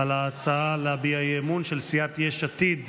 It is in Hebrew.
על ההצעה להביע אי-אמון של סיעת יש עתיד.